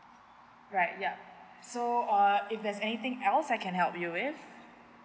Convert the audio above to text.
right yup so uh if there's anything else I can help you with